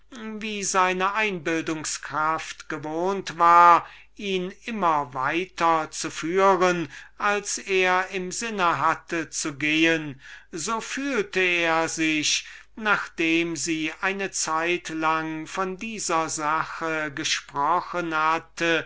wie seine einbildungskraft gewohnt war ihn immer weiter zu führen als er im sinne hatte zu gehen so fühlte er sich nachdem sie eine zeitlang von dieser materie gesprochen hatten